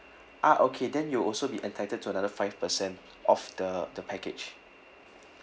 ah okay then you also be entitled to another five percent off the the package